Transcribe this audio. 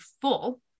full